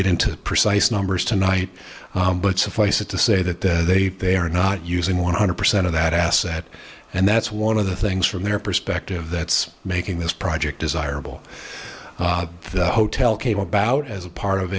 get into precise numbers tonight but suffice it to say that they are not using one hundred percent of that asset and that's one of the things from their perspective that's making this project desirable hotel came about as a part of